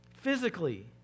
physically